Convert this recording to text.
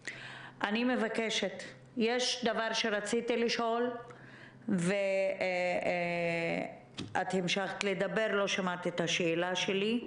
יש דבר שרציתי לשאול אבל המשכת לדבר ולא שמעת את השאלה שלי.